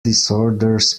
disorders